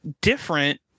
different